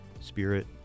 spirit